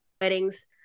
weddings